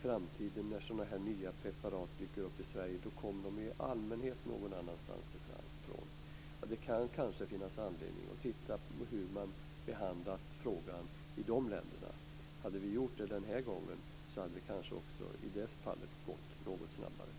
När sådana här nya preparat dyker upp i Sverige i framtiden kan det kanske finnas anledning att titta på hur man har behandlat frågan i de länder som preparaten kommer ifrån. Om vi hade gjort det den här gången kanske det hade gått något snabbare.